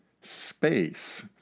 space